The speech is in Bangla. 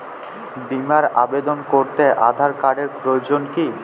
বিমার আবেদন করতে আধার কার্ডের প্রয়োজন কি?